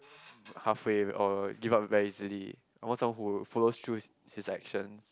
halfway or give up very easily I want someone who follows through his his actions